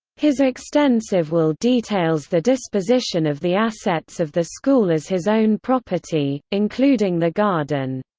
his extensive will details the disposition of the assets of the school as his own property, including the garden.